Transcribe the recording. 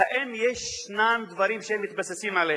האם ישנם דברים שהם מתבססים עליהם?